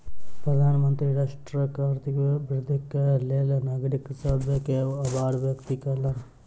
प्रधानमंत्री राष्ट्रक आर्थिक वृद्धिक लेल नागरिक सभ के आभार व्यक्त कयलैन